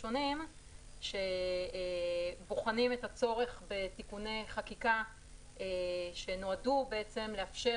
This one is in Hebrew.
שונים שבוחנים את הצורך בתיקוני חקיקה שנועדו לאפשר